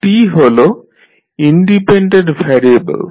t হল independent variable